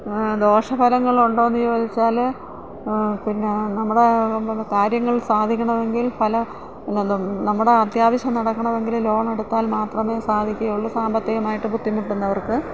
ദോഷഫലങ്ങൾ ഉണ്ടോന്ന് ചോദിച്ചാല് പിന്നെ നമ്മുടെ കാര്യങ്ങൾ സാധിക്കണമെങ്കിൽ പല നമ്മുടെ അത്യാവശ്യം നടക്കണമെങ്കില് ലോൺ എടുത്താൽ മാത്രമേ സാധിക്കുകയുള്ളൂ സാമ്പത്തികമായിട്ട് ബുദ്ധിമുട്ടുന്നവർക്ക്